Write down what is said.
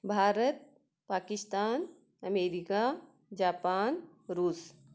Bharat Pakistan America Japan रूस